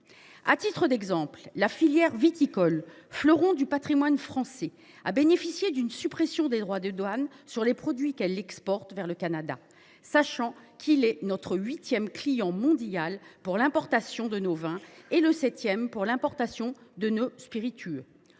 À titre d’exemple, la filière viticole, fleuron du patrimoine français, a bénéficié d’une suppression des droits de douane sur les produits qu’elle exporte vers le Canada, sachant que ce pays est notre huitième client mondial pour l’importation de nos vins et le septième pour l’importation de nos spiritueux.